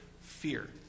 fear